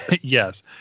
Yes